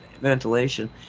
ventilation